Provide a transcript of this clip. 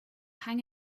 hang